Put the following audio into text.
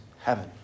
heaven